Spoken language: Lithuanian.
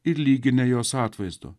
ir lyginę jos atvaizdo